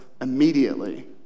immediately